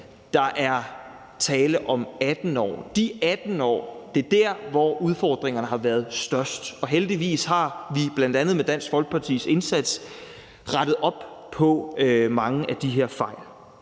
Der er tale om 18 år. De 18 år er der, hvor udfordringerne har været størst, og heldigvis har vi, bl.a. med Dansk Folkepartis indsats, rettet op på mange af de her fejl.